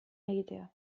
egitea